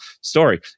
story